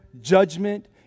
judgment